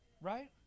Right